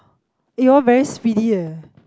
eh you all very speedy eh